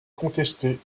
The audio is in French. contestés